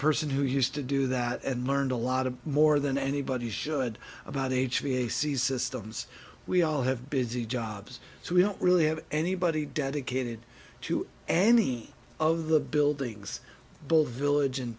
person who used to do that and learned a lot of more than anybody should about h b a cs systems we all have busy jobs so we don't really have anybody dedicated to any of the buildings both village